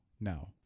no